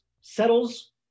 settles